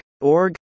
Org